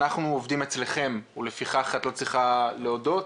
אנחנו עובדים אצלכם ולפיכך את לא צריכה להודות.